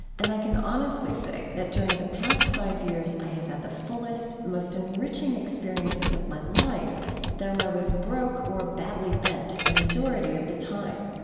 and i can honestly say that during the past five years i have had the fullest, most enriching experience of my life though i was broke or badly bent the majority of the time.